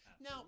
Now